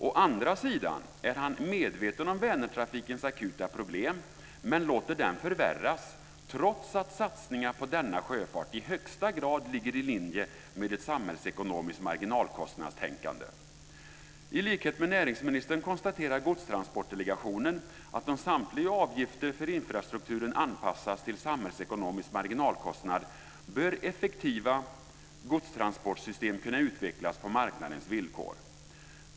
Å andra sidan är han medveten om Vänertrafikens akuta problem, men låter dem förvärras, trots att satsningar på denna sjöfart i högsta grad ligger i linje med ett samhällsekonomiskt marginalkostnadstänkande. I likhet med näringsministern konstaterar Godstransportdelegationen att om samtliga avgifter för infrastrukturen anpassas till samhällsekonomisk marginalkostnad bör effektiva godstransportsystem kunna utvecklas på marknadens villkor.